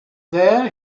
there